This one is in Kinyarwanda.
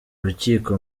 rukiko